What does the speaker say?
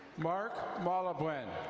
mark malabwen.